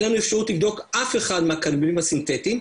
אין לנו אפשרות לבדוק אף אחד מהקנבינואידים הסינתטיים,